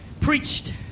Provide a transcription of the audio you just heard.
preached